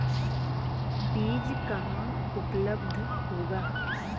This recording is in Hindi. बीज कहाँ उपलब्ध होगा?